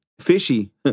fishy